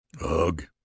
Ugh